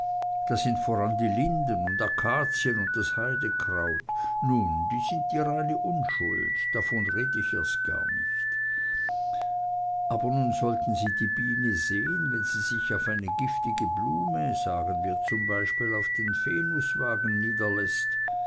da sind voran die linden und akazien und das heidekraut nu die sind die reine unschuld davon red ich gar nicht erst aber nun sollten sie die biene sehn wenn sie sich auf eine giftige blume sagen wir zum beispiel auf den venuswagen niederläßt